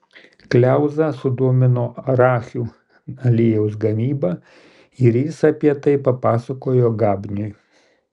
kliauzą sudomino arachių aliejaus gamyba ir jis apie tai papasakojo gabniui